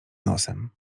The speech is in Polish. nosem